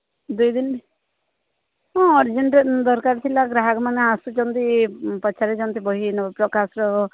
ଦୁଇ ଦିନ ହଁ ଅରଜେଣ୍ଟ ଦରକାର ଥିଲା ଗ୍ରାହକ ମାନେ ଆସୁଛନ୍ତି ପଚାରୁଛନ୍ତି ବହି ନବପ୍ରକାଶର